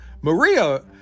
Maria